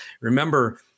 remember